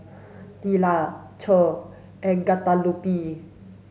Tilla Che and Guadalupe